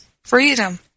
freedom